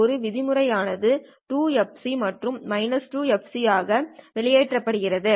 ஒரு விதிமுறை ஆனது 2fc மற்றும் 2fc ஆக வெளியேற்றப்படும்